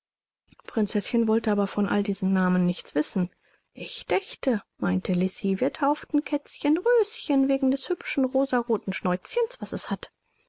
prinzeßchen wollte aber von all diesen namen nichts wissen ich dächte meinte lisi wir tauften kätzchen röschen wegen des hübschen rosarothen schnäuzchens was es hat